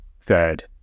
third